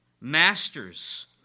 Masters